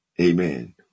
Amen